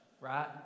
right